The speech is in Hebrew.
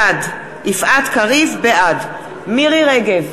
בעד מירי רגב,